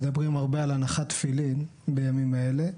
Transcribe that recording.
מדברים הרבה על הנחת תפילין בימים האלה,